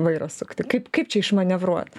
vairą sukti kaip kaip čia išmanevruot